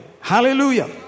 Hallelujah